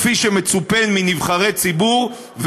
כפי שמצופה מנבחרי ציבור,